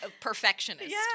perfectionist